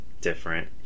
Different